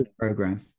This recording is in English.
program